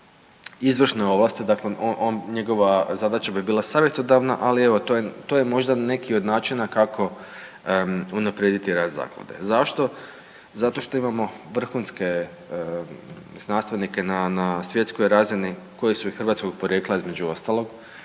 izvršne ovlasti, dakle njegova zadaća bi bila savjetodavna, ali evo to je, to je možda neki od načina kako unaprijediti rad zaklade. Zašto? Zato što imamo vrhunske znanstvenike na, na svjetskoj razini koji su i hrvatskog porijekla između ostalog.